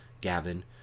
Gavin